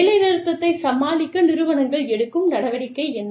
வேலைநிறுத்தத்தைச் சமாளிக்க நிறுவனங்கள் எடுக்கும் நடவடிக்கை என்ன